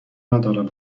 ندارم